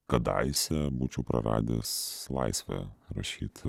kadaise būčiau praradęs laisvę rašyt